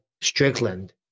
Strickland